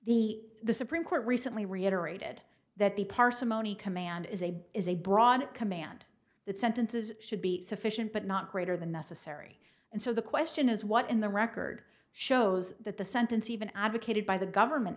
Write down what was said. the supreme court recently reiterated that the parsimony command is a is a broad command that sentences should be sufficient but not greater than necessary and so the question is what in the record shows that the sentence even advocated by the government